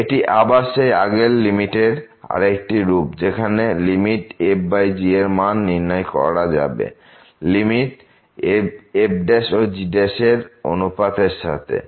এটি আবার সেই আগের লিমিটের আরেকটি রূপ যেখানে লিমিট fg এর মান নির্ণয় করা যাবে লিমিট f ও g এর অনুপাত এর সাথে